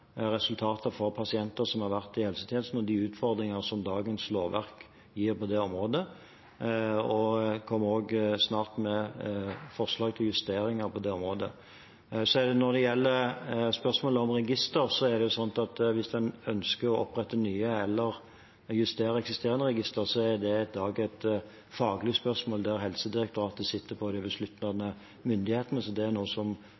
resultater for pasienter som har vært i helsetjenesten, og de utfordringer som dagens lovverk gir på det området. Vi kommer også snart med forslag til justeringer på det området. Når det gjelder spørsmålet om register: Hvis en ønsker å opprette nye eller justere eksisterende register, er det i dag et faglig spørsmål der Helsedirektoratet sitter på den besluttende myndigheten, så det er noe som